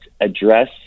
address